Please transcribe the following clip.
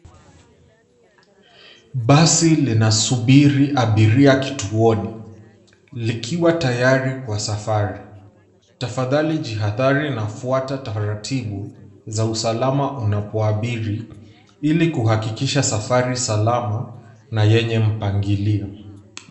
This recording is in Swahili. Basi linasubiri abiria kituoni, likiwa tayari kwa safari .Tafadhali jihadhari na fuata taratibu za usalama unapoabiri, ili kuhakikisha safari salama na yenye mpangilio.